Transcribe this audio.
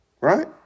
right